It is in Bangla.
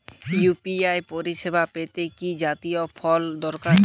ইউ.পি.আই পরিসেবা পেতে কি জাতীয় ফোন দরকার?